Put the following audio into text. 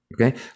okay